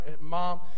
mom